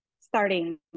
starting